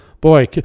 boy